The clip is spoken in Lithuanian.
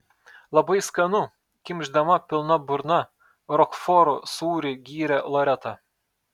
labai skanu kimšdama pilna burna rokforo sūrį gyrė loreta